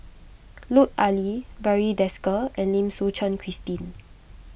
Lut Ali Barry Desker and Lim Suchen Christine